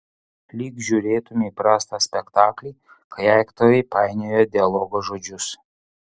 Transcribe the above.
lyg žiūrėtumei prastą spektaklį kai aktoriai painioja dialogo žodžius